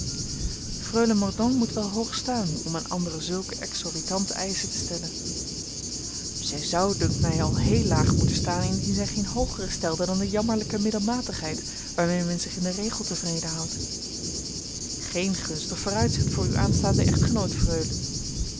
freule mordaunt moet wel hoog staan om aan anderen zulke exorbitante eischen te stellen zij zou dunkt mij al heel laag moeten staan indien zij geen hoogere stelde dan de jammerlijke middelmatigheid waarmee men zich in den regel tevreden houdt geen gunstig vooruitzicht voor uw aanstaanden echtgenoot freule